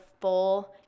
full